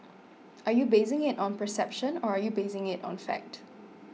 are you basing it on perception or are you basing it on fact